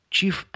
Chief